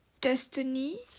destiny